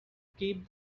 keep